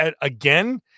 again